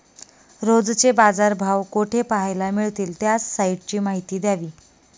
रोजचे बाजारभाव कोठे पहायला मिळतील? त्या साईटची माहिती द्यावी